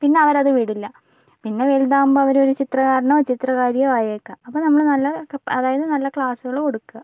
പിന്നെ അവർ അത് വിടില്ല പിന്നെ വലുതാവുമ്പോൾ അവരൊരു ചിത്രക്കാരനോ ചിത്രക്കാരിയോ ആയേക്കാം അപ്പോൾ നമ്മൾ നല്ലതൊക്കെ അതായത് നല്ല ക്ലാസുകൾ കൊടുക്കുക